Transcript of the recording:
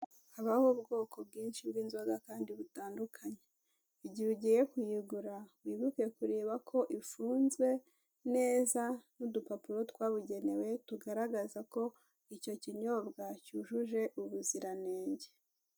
Habaho ubwoko bwinshi bw'inzoga butandukanye, igihe ugiye kuyigura wibuke kureba ko ifunze neza n'udupapuro twabugenewe tugaragaza ko icyo kinyobwa cyujuje ubuziranenge.